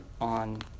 on